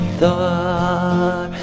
thought